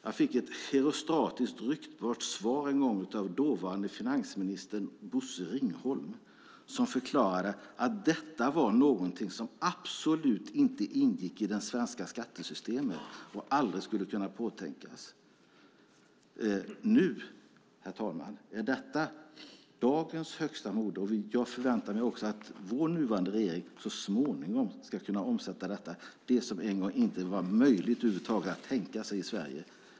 Jag fick ett herostratiskt ryktbart svar av dåvarande finansministern Bosse Ringholm som förklarade att detta var något som absolut inte ingick i det svenska skattesystemet och aldrig skulle kunna tänkas. Nu är det högsta mode. Jag förväntar mig att den nuvarande regeringen så småningom ska kunna omsätta detta som en gång inte var möjligt att över huvud taget tänka sig i Sverige.